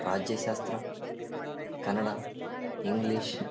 ರಾಜ್ಯಶಾಸ್ತ್ರ Kannada English